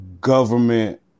government